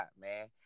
man